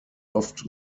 oft